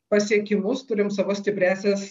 pasiekimus turim savo stipriąsias